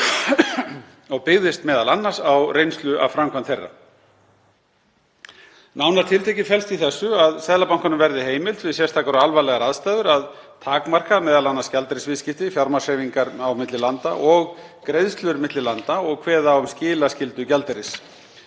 og byggist m.a. á reynslu af framkvæmd þeirra. Nánar tiltekið felst í þessu að Seðlabankanum verði heimilt, við sérstakar og alvarlegar aðstæður, að takmarka m.a. gjaldeyrisviðskipti, fjármagnshreyfingar á milli landa og greiðslur milli landa og kveða á um skilaskyldu gjaldeyris.